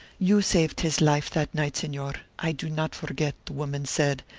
you saved his life that night, senor i do not forget, the woman said,